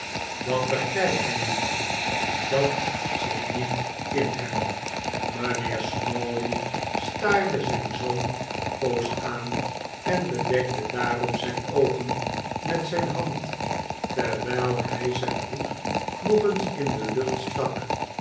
dat begrijpt hij niet dat zit niet in hem mijnheer snawley staarde zijn zoon een poos aan en bedekte daarop zijn oogen met zijn hand terwijl hij zijn hoed nog eens in de lucht stak